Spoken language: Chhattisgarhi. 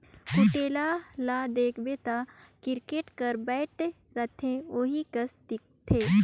कुटेला ल देखबे ता किरकेट कर बैट रहथे ओही कस दिखथे